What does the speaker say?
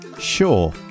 Sure